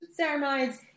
Ceramides